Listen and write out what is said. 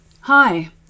Hi